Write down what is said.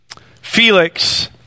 Felix